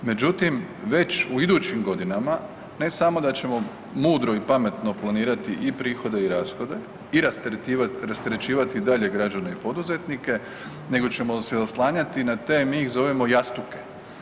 Međutim, već u idućim godinama, ne samo da ćemo mudro i pametno planirati i prihode i rashode i rasterećivati dalje građane i poduzetnike, nego ćemo se oslanjati na te, mi ih zovemo jastuke.